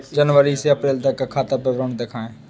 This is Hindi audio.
जनवरी से अप्रैल तक का खाता विवरण दिखाए?